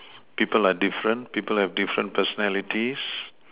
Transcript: people are different people have different personalities